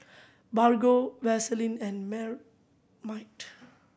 Bargo Vaseline and